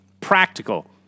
practical